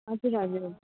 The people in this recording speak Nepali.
हजुर हजुर